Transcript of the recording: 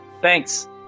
thanks